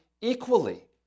equally